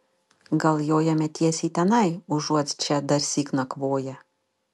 gal jojame tiesiai tenai užuot čia darsyk nakvoję